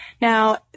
Now